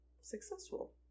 successful